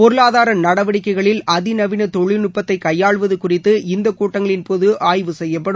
பொருளாதார நடவடிக்கைகளில் அதிநவீன தொழில்நுட்ப்தை கையாளுவது குறித்து இந்த கூட்டங்களின் போது ஆய்வு செய்யப்படும்